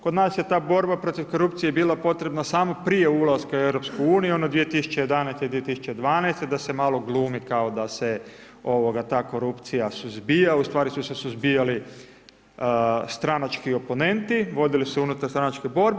Kod nas je ta borba protiv korupcije, bila potrebna samo prije ulaska u EU, ono 2011.-2012. da se malo glumi da se ta korupcija suzbija, ustvari su se suzbijali stranački opomenuti, vodile su se unutarstranačke borbe.